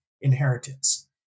inheritance